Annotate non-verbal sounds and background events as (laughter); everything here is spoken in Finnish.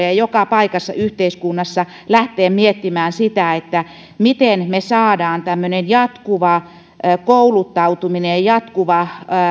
(unintelligible) ja joka paikassa yhteiskunnassa lähteä miettimään sitä miten saadaan tämmöinen jatkuva kouluttautuminen ja jatkuva